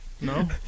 No